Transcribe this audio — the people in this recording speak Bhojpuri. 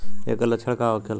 ऐकर लक्षण का होखेला?